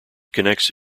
connects